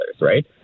right